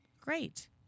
great